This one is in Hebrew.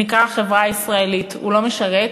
שנקרא חברה ישראלית: הוא לא משרת,